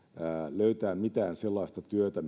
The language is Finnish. löytää mitään sellaista työtä